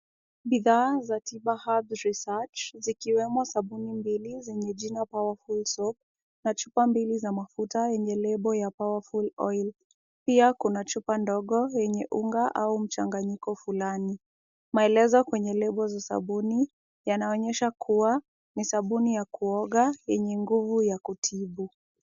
Bidhaa za tiba herbs research , zikiwemo sabuni mbili zenye jina Powerful Top , na chupa mbili za mafuta zenye lebo ya Powerful Oil . Pia, kuna chupa ndogo yenye unga au mchanganyiko fulani. Maelezo kwenye lebo za sabuni yanaonyesha kuwa ni sabuni ya kuoga yenye nguvu ya kutibu.